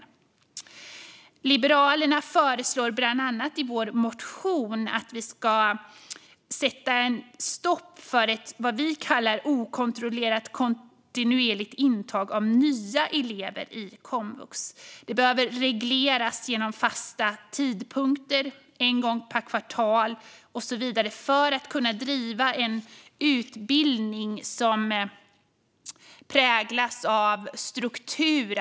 Vi i Liberalerna förslår bland annat i vår motion att man ska sätta stopp för det vi kallar okontrollerat kontinuerligt intag av nya elever i komvux. Det behöver regleras genom fasta tidpunkter, till exempel en gång per kvartal, för att man ska kunna bedriva en utbildning som präglas av struktur.